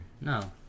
No